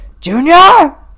Junior